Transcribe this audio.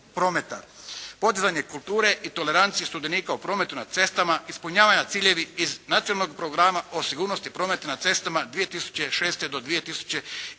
podizanje kulture i tolerancije sudionika u prometu na cestama, ispunjavanja ciljeva iz Nacionalnog programa o sigurnosti prometa na cestama 2006. do 2010.